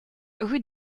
rue